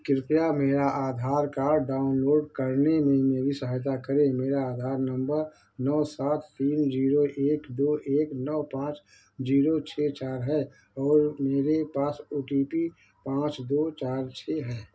कृपया मेरा Aadhaar card download करने में मेरी सहायता करें मेरा आधार नम्बर नौ सात शून्य जीरो एक दो एक नौ पाँच जीरो छः चार है और मेरे पास ओ टी पी पाँच दो चार छः है